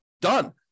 Done